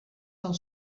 del